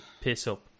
piss-up